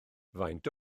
faint